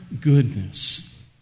goodness